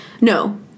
No